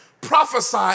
prophesy